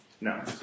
No